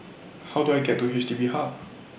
How Do I get to H D B Hub